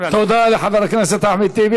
נמשיך לעקוב אחר הנושא הזה לשירותכם.